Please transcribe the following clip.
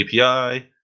API